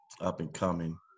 up-and-coming